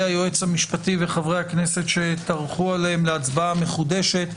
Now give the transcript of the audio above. היועץ המשפטי וחברי הכנסת שטרחו עליהם להצבעה מחודשת.